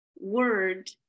word